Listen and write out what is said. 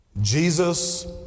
Jesus